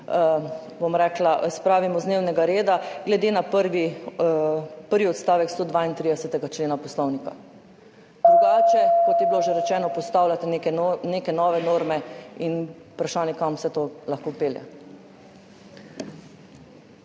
redu, spravimo z dnevnega reda glede na prvi odstavek 132. člena Poslovnika. Drugače, kot je bilo že rečeno, postavljate neke nove norme. Vprašanje, kam vse to lahko pelje.